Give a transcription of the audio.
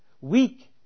weak